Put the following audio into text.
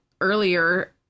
earlier